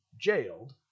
Jailed